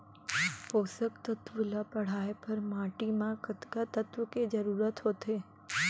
पोसक तत्व ला बढ़ाये बर माटी म कतका तत्व के जरूरत होथे?